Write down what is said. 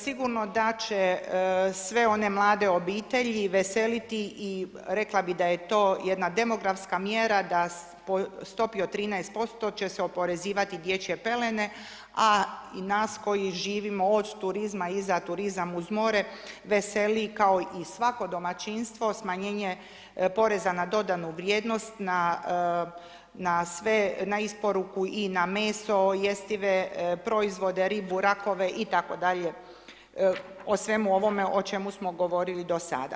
Sigurno da će sve one mlade obitelji veseliti i rekla bih da je to jedna demografska mjera da po stopi od 13% će se oporezivati dječje pelene a i nas koji živimo od turizma i za turizam uz more veseli kao i svako domaćinstvo smanjenje poreza na dodanu vrijednost na sve, na isporuku i na meso, jestive proizvode, ribu, rakove, itd., o svemu ovome o čemu smo govorili do sada.